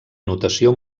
notació